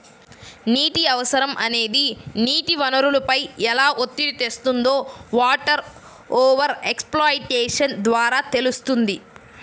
నీటి అవసరం అనేది నీటి వనరులపై ఎలా ఒత్తిడి తెస్తుందో వాటర్ ఓవర్ ఎక్స్ప్లాయిటేషన్ ద్వారా తెలుస్తుంది